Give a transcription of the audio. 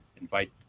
invite